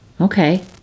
Okay